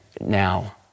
now